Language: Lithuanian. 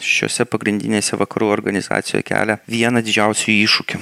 šiose pagrindinėse vakarų organizacijoj kelia vieną didžiausių iššūkių